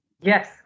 Yes